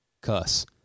cuss